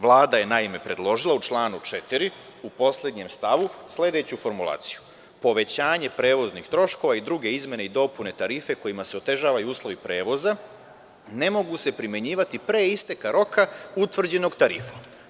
Vlada je, naime, predložila u članu 4, u poslednjem stavu, sledeću formulaciju – Povećanje prevoznih troškova i druge izmene i dopune tarife kojima se otežavaju uslovi prevoza, ne mogu se primenjivati pre isteka roka utvrđenog tarifom.